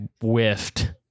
whiffed